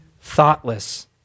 thoughtless